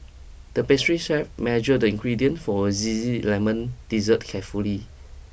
the pastry chef measured the ingredients for a zesty lemon dessert carefully